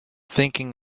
thinking